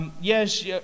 Yes